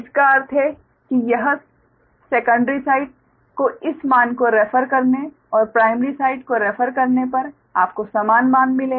इसका अर्थ है कि यह सेकंडरी साइड को इस मान को रेफर करने और प्राइमरी साइड को रेफर करने पर आपको समान मान मिलेगा